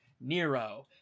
Nero